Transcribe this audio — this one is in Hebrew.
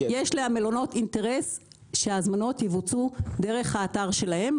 יש למלונות אינטרס שההזמנות יבוצעו דרך האתר שלהם,